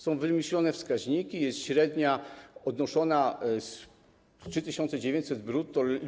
Są wymyślone wskaźniki, jest średnia odnoszona do 3900 zł brutto.